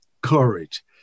courage